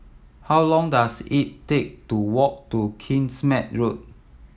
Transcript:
how long does it take to walk to Kingsmead Road